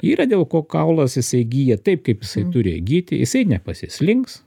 yra dėl ko kaulas jisai gyja taip kaip jisai turi gyti jisai nepasislinks